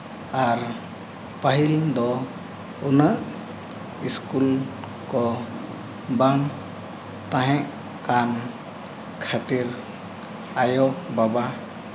ᱟᱨ ᱯᱟᱹᱦᱤᱞ ᱫᱚ ᱩᱱᱟᱹᱜ ᱥᱠᱩᱞ ᱠᱚ ᱵᱟᱝ ᱛᱟᱦᱮᱸᱠᱟᱱ ᱠᱷᱟᱹᱛᱤᱨ ᱟᱭᱳ ᱵᱟᱵᱟ